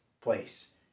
place